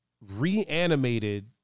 reanimated